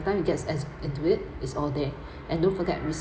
time it gets as into it it's all there and don't forget